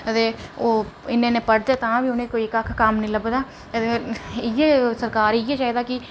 ते ओह् इन्ने इन्ने पढ़दे तां बी उनेंगी कोई कक्ख कम्म निं लभदा इयै सरकार गी इयै चाहिदा की